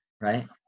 right